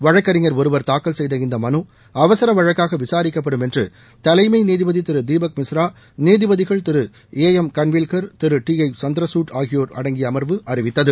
வழக்கறிஞர் ஒருவர் தாக்கல் செய்த இந்த மனு அவசர வழக்காக விசாரிக்கப்படும் என்று தலைமை நீதிபதி திரு தீபக் மிஸ்ரா நீதிபதிகள் திரு ஏ எம் காள்வில்கர் திரு டி ஒய் சந்திரகுட் ஆகியோர் அடங்கிய அமர்வு அறிவித்தது